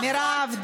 מירב,